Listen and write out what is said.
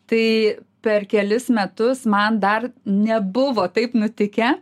tai per kelis metus man dar nebuvo taip nutikę